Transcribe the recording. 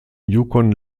yukon